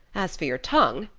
as for your tongue,